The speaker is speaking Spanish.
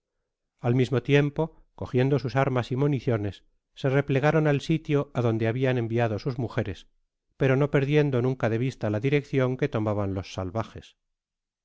al m'ismo tiempo cogiendo sus armas y municiones se replegaron al sitio adonde habian enviado sus mujeres pero no perdiendo nunca de vista la direccion que tomaban los salvajes